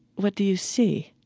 what do you see?